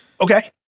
Okay